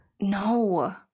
No